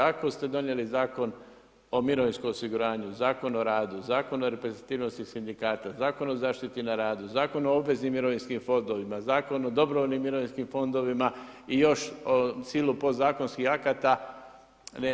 Ako ste donijeli Zakon o mirovinskom osiguranju, Zakon o radu, Zakon o reprezentativnosti sindikata, Zakon o zaštiti na radu, Zakon o obveznim mirovinskim fondovima, Zakon o dobrovoljnim mirovinskim fondovima i još silu zakonskih akata ne stigne se sve.